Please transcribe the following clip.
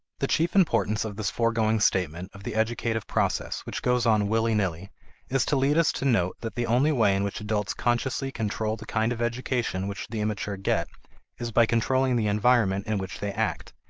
the chief importance of this foregoing statement of the educative process which goes on willy-nilly is to lead us to note that the only way in which adults consciously control the kind of education which the immature get is by controlling the environment in which they act,